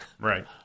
Right